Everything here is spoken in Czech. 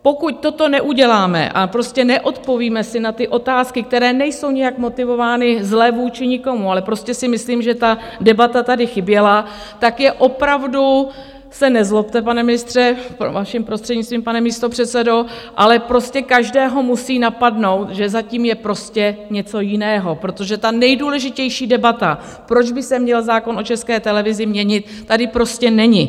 Pokud toto neuděláme a prostě neodpovíme si na ty otázky, které nejsou nijak motivovány zle vůči nikomu, ale prostě si myslím, že ta debata tady chyběla, tak je opravdu nezlobte se, pane ministře, vaším prostřednictvím, pane místopředsedo, ale prostě každého musí napadnout, že za tím je něco jiného, protože ta nejdůležitější debata, proč by se měl zákon o České televizi měnit, tady prostě není.